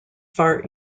far